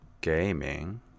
Gaming